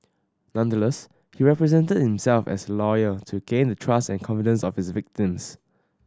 nonetheless he represented himself as a lawyer to gain the trust and confidence of his victims